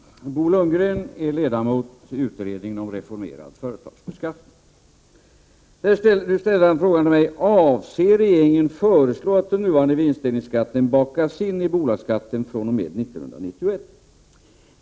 Herr talman! Bo Lundgren är ledamot av utredningen om reformerad företagsbeskattning. Nu ställer han frågan till mig: Avser regeringen föreslå att den nuvarande vinstdelningsskatten bakas in i bolagsskatten fr.o.m. 1991?